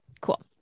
cool